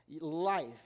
life